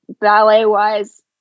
ballet-wise